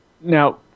Now